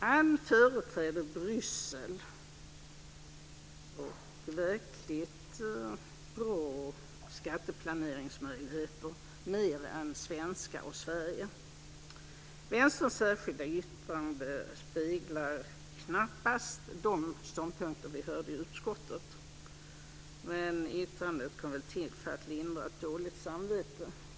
Han företrädde Bryssel och verkligt bra skatteplaneringsmöjligheter mer än svenskar och Sverige. Vänsterns särskilda yttrande speglar knappast de ståndpunkter vi hörde i utskottet, men yttrandet kom väl till för att lindra ett dåligt samvete.